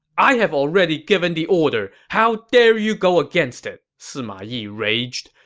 i have already given the order. how dare you go against it! sima yi raged.